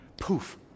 Poof